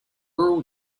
rural